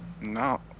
no